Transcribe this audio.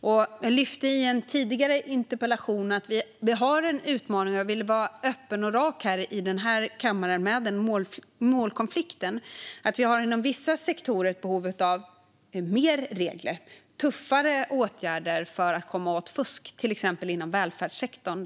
Jag lyfte i en tidigare interpellationsdebatt fram att vi har en utmaning, och jag vill i denna kammare vara rak och öppen gällande målkonflikten. Inom vissa sektorer har vi behov av mer regler och tuffare åtgärder för att komma åt fusk, till exempel inom välfärdssektorn.